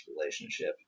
relationship